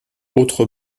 autre